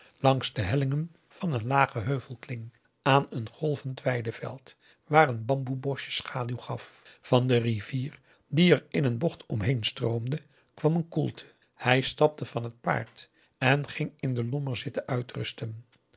langs de hellingen van een lagen heuvelkling aan een golvend weideveld waar een bamboeboschje schaduw gaf van de rivier die er augusta de wit orpheus in de dessa in een bocht omheen stroomde kwam een koelte hij stapte van t paard en ging in den lommer zitten uitrusten